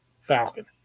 Falcon